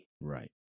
Right